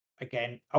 Again